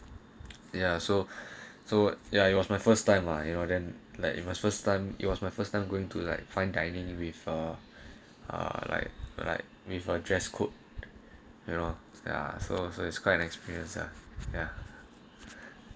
ya so so ya it was my first time lah you all then like you must first time it was my first time going to like fine dining with a ah like like with a dress code you know ya so so it's quite an experience lah ya